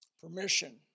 Permission